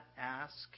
ask